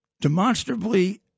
demonstrably